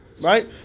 Right